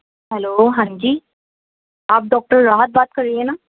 hello ہاں جی آپ ڈاکٹر راحت بات کر رہی ہے نا